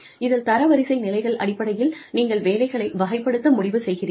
இதில் தரவரிசை நிலைகள் அடிப்படையில் நீங்கள் வேலைகளை வகைப்படுத்த முடிவு செய்கிறீர்கள்